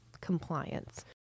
compliance